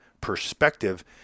perspective